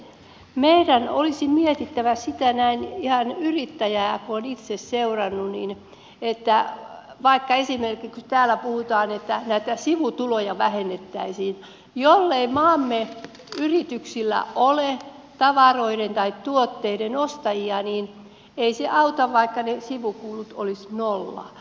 meidän olisi mietittävä sitä näin ihan yrittäjää kun olen itse seurannut että kun täällä esimerkiksi puhutaan että näitä sivutuloja vähennettäisiin niin jollei maamme yrityksillä ole tavaroiden tai tuotteiden ostajia niin ei se auta vaikka ne sivukulut olisivat nolla